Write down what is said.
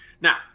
Now